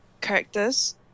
Characters